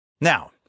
Now